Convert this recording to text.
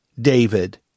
David